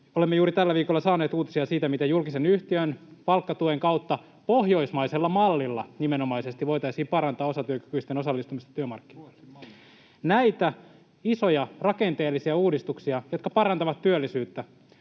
Olemme juuri tällä viikolla saaneet uutisia siitä, miten julkisen yhtiön palkkatuen kautta nimenomaisesti pohjoismaisella mallilla voitaisiin parantaa osatyökykyisten osallistumista työmarkkinoille. [Antti Lindtman: Ruotsin malli!] Näitä isoja rakenteellisia uudistuksia, jotka parantavat työllisyyttä,